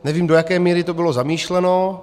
Nevím, do jaké míry to bylo zamýšleno.